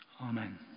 Amen